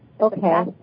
Okay